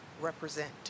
represent